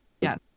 Yes